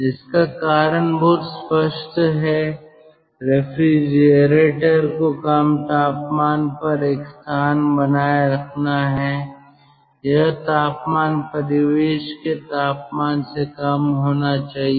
इसका कारण बहुत स्पष्ट है रेफ्रिजरेटर को कम तापमान पर एक स्थान बनाए रखना है यह तापमान परिवेश के तापमान से कम होना चाहिए